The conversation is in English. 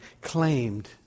claimed